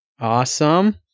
Awesome